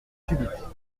subites